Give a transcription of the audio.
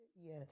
yes